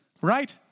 Right